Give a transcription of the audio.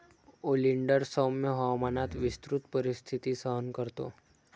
oleander सौम्य हवामानात विस्तृत परिस्थिती सहन करतो